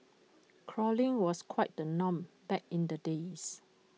crawling was quite the norm back in the days